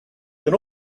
can